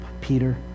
Peter